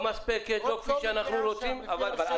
לא כפי שאנחנו רוצים, אבל תהיה.